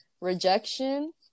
rejection